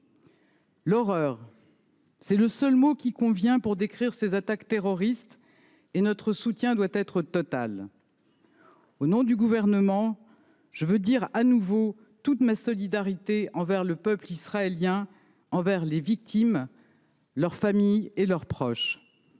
« Horreur »: tel est le seul mot qui convient pour décrire ces attaques terroristes, et notre soutien doit être total. Au nom du Gouvernement, je veux de nouveau témoigner de toute ma solidarité envers le peuple israélien, envers les victimes, leurs familles et leurs proches.